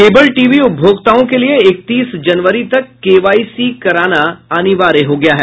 cable TV उपभोक्ताओं के लिये इकतीस जनवरी तक केवाईसी करना अनिवार्य हो गया है